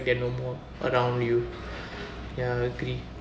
they are no more around you ya agree